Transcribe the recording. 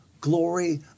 glory